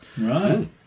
Right